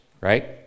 right